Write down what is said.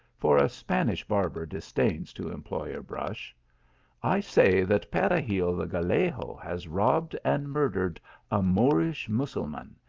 for a spanish barber disdains to employ a brush i say that peregil the gallego has robbed and mur dered a moorish mussulman,